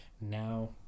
now